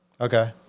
Okay